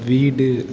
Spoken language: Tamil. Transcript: வீடு